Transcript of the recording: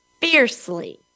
fiercely